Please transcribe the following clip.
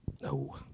No